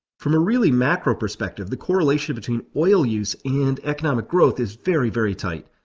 from a really macro perspective, the correlation between oil use and economic growth is very, very tight.